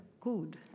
good